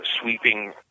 sweeping